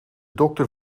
dokter